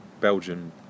Belgian